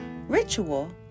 Ritual